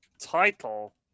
title